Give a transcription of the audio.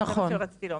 זה מה שרציתי לומר,